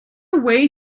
way